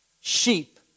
Sheep